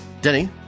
Denny